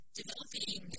developing